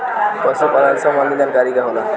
पशु पालन संबंधी जानकारी का होला?